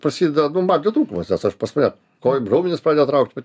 prasideda nu magnio trūkumas nes aš pas mane kojų raumenis pradeda traukt